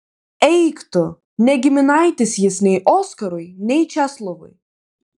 eik tu ne giminaitis jis nei oskarui nei česlovui